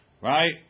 Right